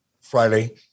Friday